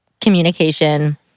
communication